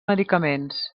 medicaments